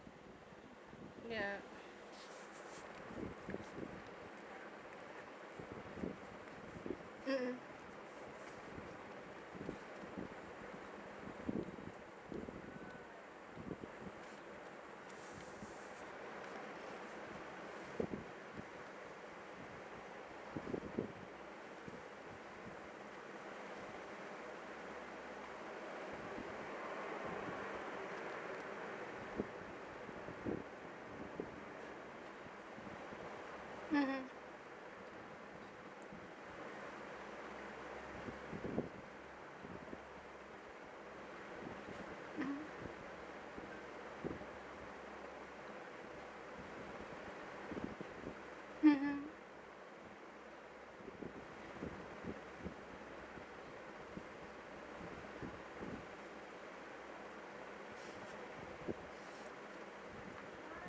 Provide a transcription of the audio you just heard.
ya mmhmm mmhmm mm mmhmm